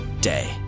day